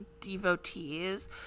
devotees